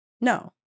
No